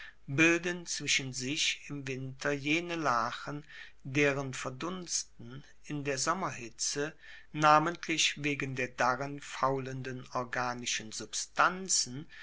bilden zwischen sich im winter jene lachen deren verdunsten in der sommerhitze namentlich wegen der darin faulenden organischen substanzen